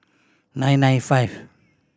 nine nine five